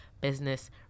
business